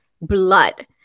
blood